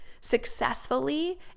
successfully